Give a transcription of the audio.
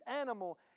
animal